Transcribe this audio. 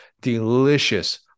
delicious